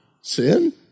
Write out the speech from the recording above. sin